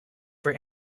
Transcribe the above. for